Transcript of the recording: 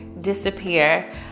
disappear